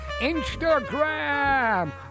Instagram